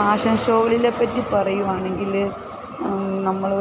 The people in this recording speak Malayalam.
പാഷൻ ഷോയ്കളെപ്പറ്റി പറയുകയാണെങ്കിൽ നമ്മൾ